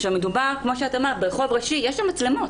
כשמדובר ברחוב ראשי יש שם מצלמות.